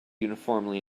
uniformly